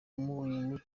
umunyu